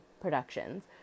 productions